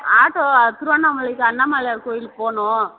auto திருவண்ணாமலைக்கு அண்ணாமலையார் கோவிலுக்கு போகணும்